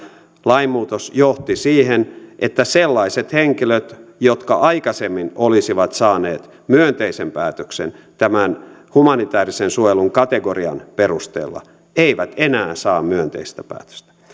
lainmuutos johti siihen että sellaiset henkilöt jotka aikaisemmin olisivat saaneet myönteisen päätöksen tämän humanitäärisen suojelun kategorian perusteella eivät enää saa myönteistä päätöstä